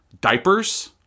Diapers